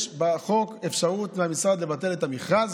יש בחוק אפשרות למשרד לבטל את המכרז